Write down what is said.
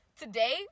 Today